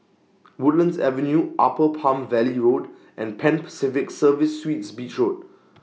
Woodlands Avenue Upper Palm Valley Road and Pan Pacific Serviced Suites Beach Road